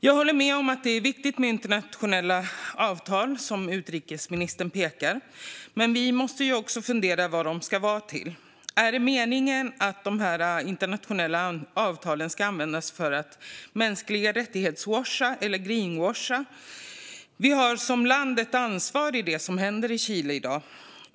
Jag håller med om att det är viktigt med internationella avtal, som utrikesministern pekar på. Men vi måste också fundera på vad de ska vara till. Är det meningen att de ska användas för att "mänskligarättigheterwasha" eller "greenwasha"? Vi har som land ett ansvar för det som händer i Chile i dag.